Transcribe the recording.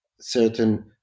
certain